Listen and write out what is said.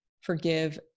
forgive